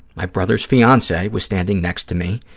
my brother's fiancee was standing next to me,